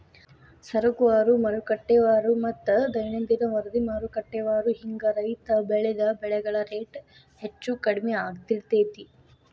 ಸರಕುವಾರು, ಮಾರುಕಟ್ಟೆವಾರುಮತ್ತ ದೈನಂದಿನ ವರದಿಮಾರುಕಟ್ಟೆವಾರು ಹಿಂಗ ರೈತ ಬೆಳಿದ ಬೆಳೆಗಳ ರೇಟ್ ಹೆಚ್ಚು ಕಡಿಮಿ ಆಗ್ತಿರ್ತೇತಿ